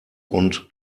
und